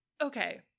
Okay